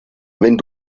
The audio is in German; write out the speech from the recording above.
wenn